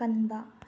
ꯀꯟꯕ